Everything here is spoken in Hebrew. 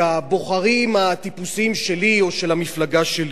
כבוחרים הטיפוסיים שלי או של המפלגה שלי.